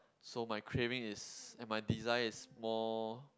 so my craving is and my desire is more